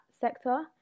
sector